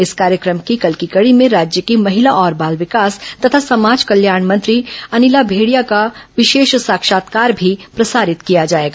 इस कार्यक्रम की कल की कड़ी में राज्य की महिला और बाल विकास तथा समाज कल्याण मंत्री अनिला भेंडिया का विशेष साक्षात्कार भी प्रसारित किया जाएगा